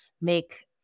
make